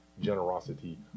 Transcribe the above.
generosity